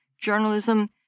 Journalism